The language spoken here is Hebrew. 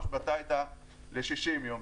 ההשבתה הייתה ל-60 יום.